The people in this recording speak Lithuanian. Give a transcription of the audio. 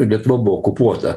lietuva buvo okupuota